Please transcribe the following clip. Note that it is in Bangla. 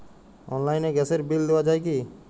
অনলাইনে গ্যাসের বিল দেওয়া যায় কি?